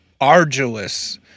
arduous